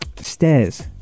stairs